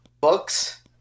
Books